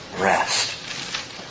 Rest